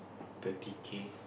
thirty K